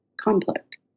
conflict